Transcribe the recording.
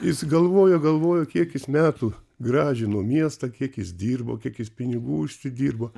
jis galvojo galvojo kiek jis metų gražino miestą kiek jis dirbo kiek jis pinigų užsidirbo